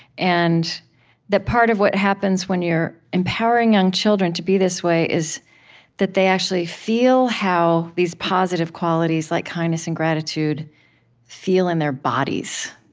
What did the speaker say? and that part of what happens when you're empowering young children to be this way is that they actually feel how these positive qualities like kindness and gratitude feel in their bodies